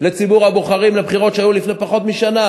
לציבור הבוחרים בבחירות שהיו לפני פחות משנה,